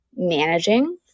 managing